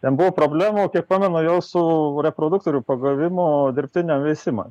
ten buvo problemų kiek pamenu jau su reproduktorių pagavimu dirbtiniam veisimui